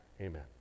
Amen